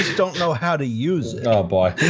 don't know how to use ah but